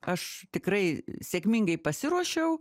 aš tikrai sėkmingai pasiruošiau